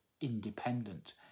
independent